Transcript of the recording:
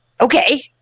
okay